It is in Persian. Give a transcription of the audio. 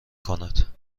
کند